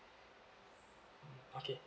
mm okay